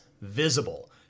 visible